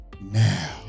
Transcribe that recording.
now